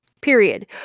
period